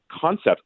concept